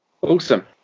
awesome